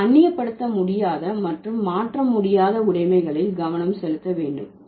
இங்கே அந்நியப்படுத்த முடியாத மற்றும் மாற்ற முடியாத உடைமைகளில் கவனம் செலுத்த வேண்டும்